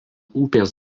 upės